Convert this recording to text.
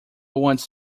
wants